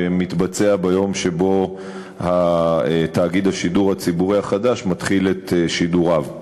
ביום שתאגיד השידור הציבורי החדש מתחיל את שידוריו.